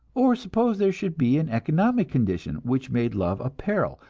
or suppose there should be an economic condition which made love a peril,